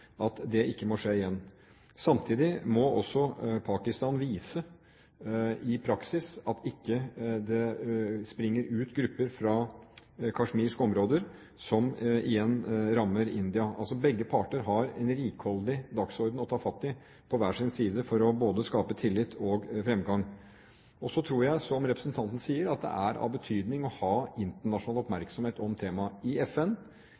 Det må ikke skje igjen. Samtidig må også Pakistan i praksis vise at det ikke springer ut grupper fra kasjmirske områder, som igjen rammer India. Altså: Begge parter har en rikholdig dagsorden å ta fatt i på hver sin side for å skape både tillit og fremgang. Så tror jeg, som representanten sier, at det er av betydning å ha internasjonal oppmerksomhet om temaet, i FN,